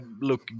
look